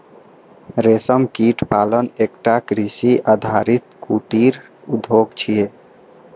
रेशम कीट पालन एकटा कृषि आधारित कुटीर उद्योग छियै